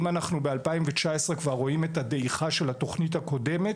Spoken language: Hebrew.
אם אנחנו בשנת 2019 כבר רואים את הדעיכה של התוכנית הקודמת,